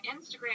Instagram